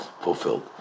fulfilled